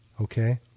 okay